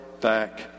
back